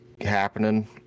happening